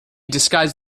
disguised